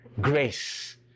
grace